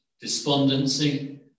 despondency